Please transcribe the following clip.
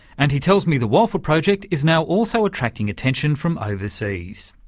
and he tells me the walfa project is now also attracting attention from overseas.